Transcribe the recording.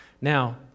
Now